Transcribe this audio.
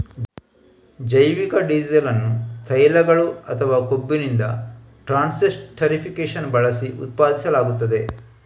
ಜೈವಿಕ ಡೀಸೆಲ್ ಅನ್ನು ತೈಲಗಳು ಅಥವಾ ಕೊಬ್ಬಿನಿಂದ ಟ್ರಾನ್ಸ್ಸೆಸ್ಟರಿಫಿಕೇಶನ್ ಬಳಸಿ ಉತ್ಪಾದಿಸಲಾಗುತ್ತದೆ